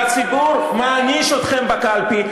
והציבור מעניש אתכם בקלפי,